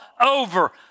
over